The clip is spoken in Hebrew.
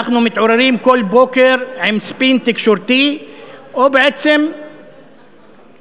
אנחנו מתעוררים כל בוקר עם ספין תקשורתי או בעצם סמן: